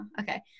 Okay